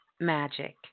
magic